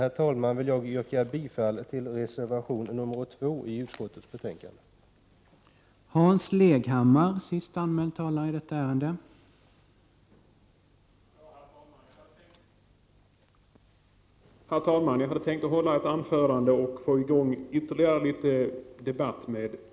Med detta vill jag yrka bifall till reservation nr 2 i jordbruksutskottets betänkande nr 6.